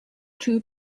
two